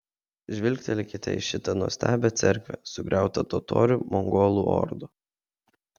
žvilgtelėkite į šitą nuostabią cerkvę sugriautą totorių mongolų ordų